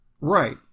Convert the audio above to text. Right